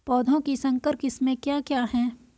पौधों की संकर किस्में क्या क्या हैं?